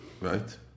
right